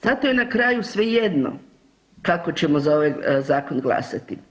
Zato je na kraju svejedno kako ćemo za ovaj zakon glasati.